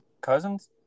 Cousins